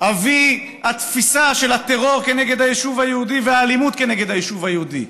אבי התפיסה של הטרור כנגד היישוב היהודי והאלימות כנגד היישוב היהודי.